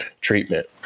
treatment